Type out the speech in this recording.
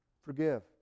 Forgive